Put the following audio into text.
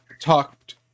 talked